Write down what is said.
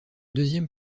deuxième